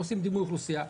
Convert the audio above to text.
כשעושים דימוי אוכלוסייה,